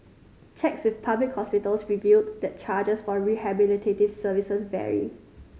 checks with public hospitals revealed that charges for rehabilitative services vary